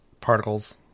particles